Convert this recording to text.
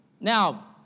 Now